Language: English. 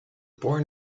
born